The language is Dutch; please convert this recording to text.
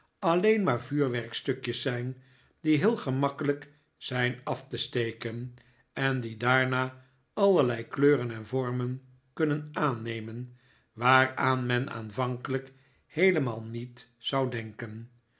alleen maar vuurwerkjes zijn die heel gemakkelijk zijn af te steken en die daarna allerlei kleuren en vormen kunnen aannemen waaraan men aanvankelijk heelemaal niet zou denken